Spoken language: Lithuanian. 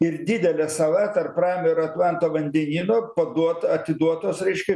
ir didelė sala tarp ramiojo ir atlanto vandenyno paduot atiduot tuos reiškia